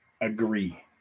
agree